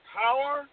power